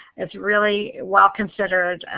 it's really well considered,